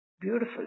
Beautiful